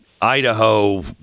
Idaho